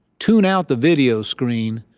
tune out the video screen.